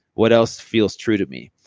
what else feels true to me.